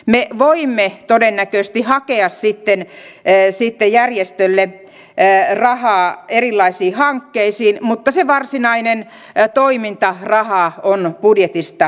me voimme todennäköisesti hakea sitten järjestölle rahaa erilaisiin hankkeisiin mutta se varsinainen toimintaraha on budjetista leikattu